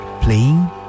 playing